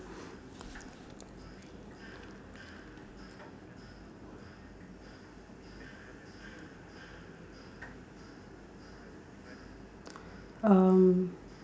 um